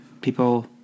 people